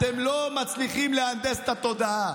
אתם לא מצליחים להנדס את התודעה.